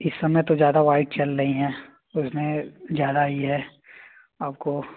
इस समय तो ज़्यादा व्हाइट चल रही है और उसमें ज़्यादा आई है आपको